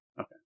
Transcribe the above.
Okay